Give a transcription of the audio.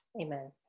Amen